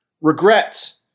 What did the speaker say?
regrets